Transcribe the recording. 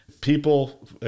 people